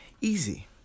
easy